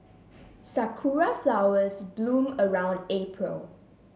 sakura flowers bloom around April